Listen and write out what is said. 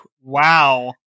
Wow